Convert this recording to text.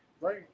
Right